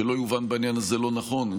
ושבעניין הזה לא יובן משהו לא נכון: אני